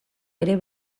ere